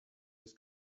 his